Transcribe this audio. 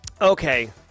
Okay